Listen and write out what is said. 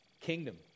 Kingdom